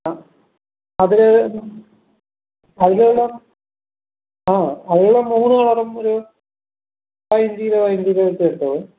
ആ അതില് അതിലുള്ള ആ അതില് മൂന്ന് കളറും ഒരു പതിനഞ്ചു കിലോ പതിനഞ്ച് കിലോ എടുത്തു വെച്ചോളൂ